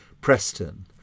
Preston